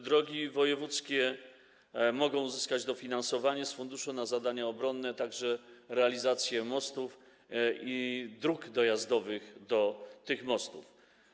Drogi wojewódzkie mogą uzyskać dofinansowanie z funduszu na zadania obronne, także realizację mostów i dróg dojazdowych do tych mostów.